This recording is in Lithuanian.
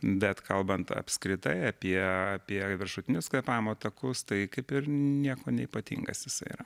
bet kalbant apskritai apie apie viršutinius kvėpavimo takus tai kaip ir nieko neypatingas jisai yra